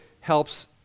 helps